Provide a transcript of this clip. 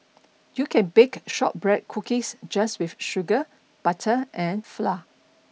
you can bake shortbread cookies just with sugar butter and flour